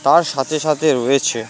তার সাথে সাথে রয়েছে